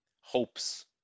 hopes